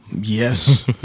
yes